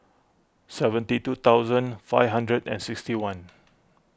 seventy two thousand five hundred and sixty one